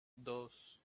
dos